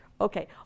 Okay